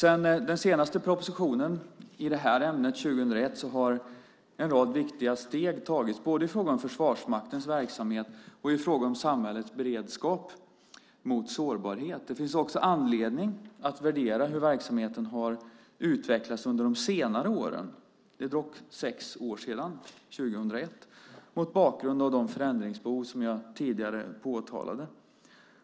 Efter den senaste propositionen i detta ämne 2001 har en rad viktiga steg tagits både i fråga om Försvarsmaktens verksamhet och i fråga om samhällets beredskap mot sårbarhet. Det finns också anledning att värdera hur verksamheten har utvecklats under de senare åren - det är dock sex år sedan 2001 - mot bakgrund av de förändringsbehov som jag tidigare påtalade.